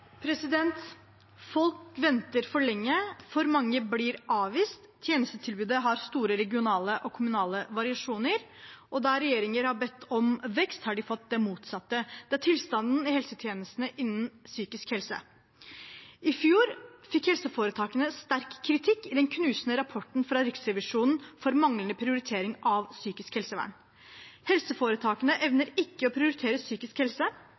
Folk venter for lenge, for mange blir avvist, tjenestetilbudet har store regionale og kommunale variasjoner, og der regjeringer har bedt om vekst, har de fått det motsatte. Det er tilstanden i helsetjenestene innen psykisk helse. I fjor fikk helseforetakene sterk kritikk i den knusende rapporten fra Riksrevisjonen for manglende prioritering av psykisk helsevern. Helseforetakene evner ikke å prioritere psykisk helse.